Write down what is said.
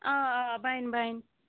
آ آ بنہِ بنہِ